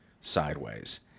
sideways